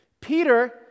Peter